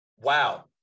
Wow